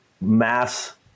mass